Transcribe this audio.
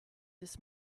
this